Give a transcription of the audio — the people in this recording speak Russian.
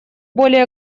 более